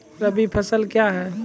रबी फसल क्या हैं?